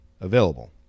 available